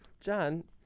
John